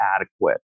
adequate